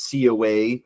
coa